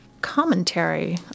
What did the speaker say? commentary